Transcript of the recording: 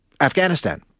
Afghanistan